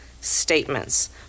statements